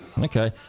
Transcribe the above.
Okay